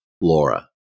Laura